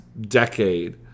decade